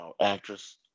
actress